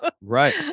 Right